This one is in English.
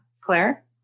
Claire